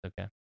Okay